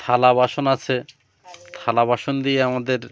থালা বাসন আছে থালা বাসন দিয়ে আমাদের